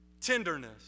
tenderness